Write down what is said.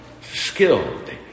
skilled